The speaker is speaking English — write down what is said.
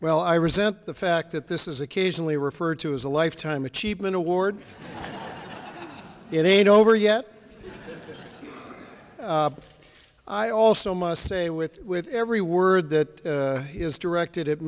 well i resent the fact that this is occasionally referred to as a lifetime achievement award it ain't over yet i also must say with with every word that is directed at